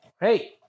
Hey